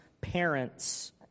parents